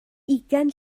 ugain